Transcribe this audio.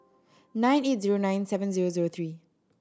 nine eight zero nine seven zero zero three